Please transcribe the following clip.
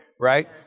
Right